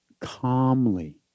calmly